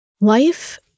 Life